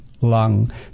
lung